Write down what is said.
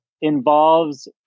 involves